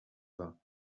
vingt